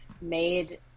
made